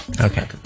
okay